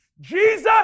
Jesus